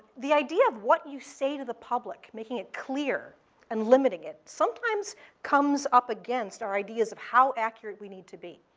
the idea of what you say to the public, making it clear and limiting it sometimes comes up against our ideas of how accurate we need to be.